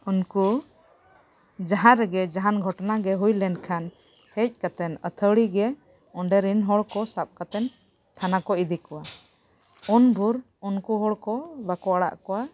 ᱩᱱᱠᱩ ᱡᱟᱦᱟᱸ ᱨᱮᱜᱮ ᱡᱟᱦᱟᱱ ᱜᱷᱚᱴᱚᱱᱟ ᱜᱮ ᱦᱩᱭᱞᱮᱱ ᱠᱷᱟᱱ ᱦᱮᱡ ᱠᱟᱛᱮᱫ ᱟᱹᱛᱷᱟᱣᱹᱲᱤ ᱜᱮ ᱚᱸᱰᱮᱨᱮᱱ ᱦᱚᱲᱠᱚ ᱥᱟᱵ ᱠᱟᱛᱮᱫ ᱛᱷᱟᱱᱟ ᱠᱚ ᱤᱫᱤ ᱠᱚᱣᱟ ᱩᱱ ᱵᱷᱳᱨ ᱩᱱᱠᱩ ᱦᱚᱲᱠᱚ ᱵᱟᱠᱚ ᱟᱲᱟᱜ ᱠᱚᱣᱟ